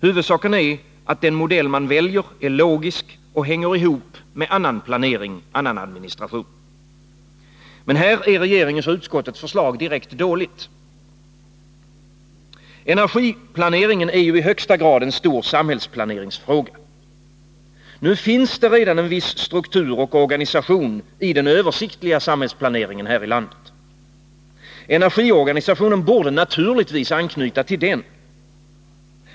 Huvudsaken är att den modell man väljer är logisk och hänger ihop med annan planering och administration. Men här är regeringens och utskottets förslag direkt dåligt. Energipolitiken är ju i högsta grad en stor samhällsplaneringsfråga. Nu finns det redan en viss struktur och organisation i den översiktliga samhällsplaneringen här i landet. Energiorganisationen borde naturligtvis anknyta till den.